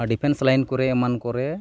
defence line ᱠᱚᱨᱮ ᱮᱢᱟᱱ ᱠᱚᱨᱮ